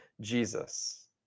Jesus